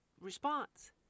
response